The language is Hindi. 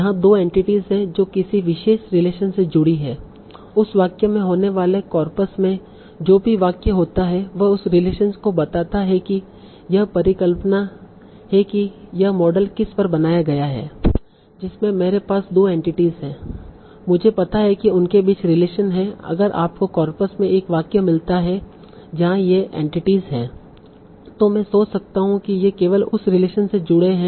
यहाँ 2 एंटिटीस हैं जो किसी विशेष रिलेशन से जुड़ी हैं उस वाक्य में होने वाले कॉर्पस में जो भी वाक्य होता है वह उस रिलेशन को बताता है कि यह परिकल्पना है कि यह मॉडल किस पर बनाया गया है जिसमे मेरे पास 2 एंटिटीस हैं मुझे पता है कि उनके बीच रिलेशन है अगर आपको कॉर्पस में एक वाक्य मिलता है जहां ये एंटिटीस हैं तो मैं सोच सकता हूं कि ये केवल उस रिलेशन से जुड़े हैं